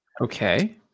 Okay